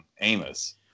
Amos